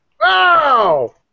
Wow